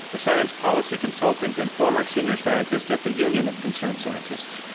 a science policy consultant and former senior scientist at the union of concerned scientists.